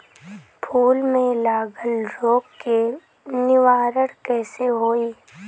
फूल में लागल रोग के निवारण कैसे होयी?